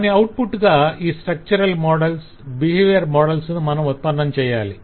దాని ఔట్పుట్ గా ఈ స్ట్రక్చర్ మోడల్స్ బిహేవియర్ మోడల్స్ ను మనం ఉత్పన్నం చేయాలి